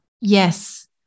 Yes